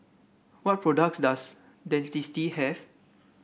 what products does Dentiste have